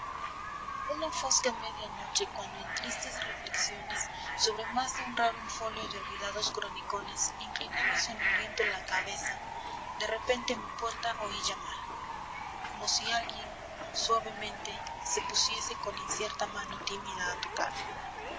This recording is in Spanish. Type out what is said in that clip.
una fosca media noche cuando en tristes reflexiones sobre más de un raro infolio de olvidados cronicones inclinaba soñoliento la cabeza de repente a mi puerta oí llamar como si alguien suavemente se pusiese con incierta mano tímida a tocar